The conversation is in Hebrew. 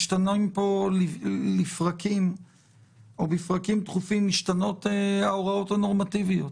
משתנות פה בפרקים תכופים ההוראות הנורמטיביות.